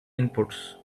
inputs